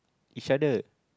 each other